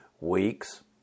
weeks